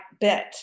bit